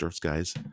guys